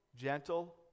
gentle